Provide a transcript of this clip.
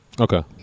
Okay